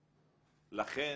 לכן,